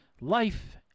Life